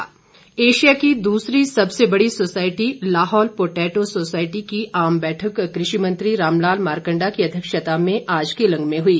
बैठक एशिया की दूसरी सबसे बड़ी सोसायटी लाहौल पोटेटो सोसायटी की आम बैठक कृषि मंत्री रामलाल मारकंडा की अध्यक्षता में केलंग में हुई